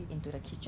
才可以